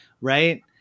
right